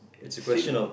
still